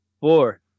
Four